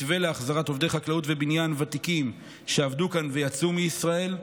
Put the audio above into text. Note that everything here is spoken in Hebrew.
מתווה להחזרת עובדי חקלאות ובניין ותיקים שעבדו כאן ויצאו מישראל,